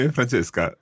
Francesca